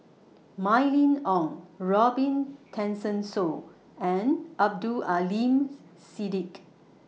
Mylene Ong Robin Tessensohn and Abdul Aleem Siddique